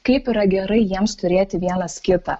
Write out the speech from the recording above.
kaip yra gerai jiems turėti vienas kitą